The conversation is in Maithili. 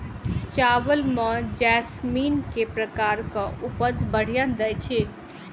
चावल म जैसमिन केँ प्रकार कऽ उपज बढ़िया दैय छै?